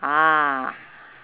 ah